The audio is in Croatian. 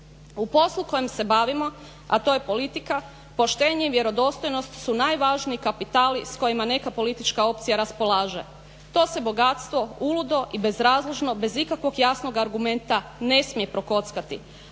U poslu kojim se bavimo, a to je politika, poštenje i vjerodostojnost su najvažniji kapitali s kojima neka politička opcija raspolaže. To se bogatstvo uludo i bezrazložno, bez ikakvog jasnog argumenta ne smije prokockati,